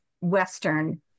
Western